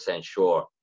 sure